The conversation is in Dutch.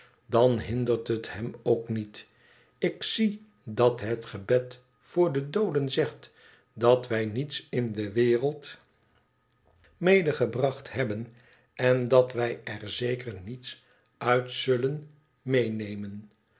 dan hmdert het hem ook niet ik zie dat het gebed voor de dooden zegt dat wij niets in de wereld medegebracht hebbenen dat wij er zeker niets uit zullen meenemen